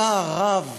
צער רב,